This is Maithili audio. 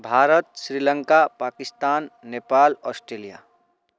भारत श्री लंका पाकिस्तान नेपाल ऑस्ट्रेलिया